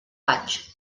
vaig